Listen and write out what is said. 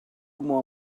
more